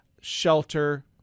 shelter